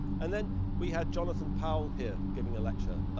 and then we had jonathan powell here giving a lecture,